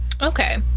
Okay